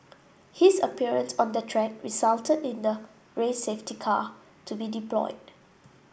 his appearance on the track resulted in the race safety car to be deployed